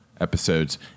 episodes